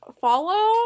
Follow